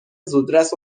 زودرس